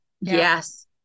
yes